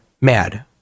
mad